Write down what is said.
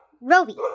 Roby